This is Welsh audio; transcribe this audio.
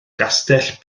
gastell